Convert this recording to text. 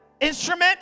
instrument